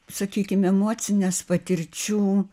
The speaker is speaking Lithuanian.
sakykim emocines patirčių